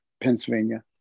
Pennsylvania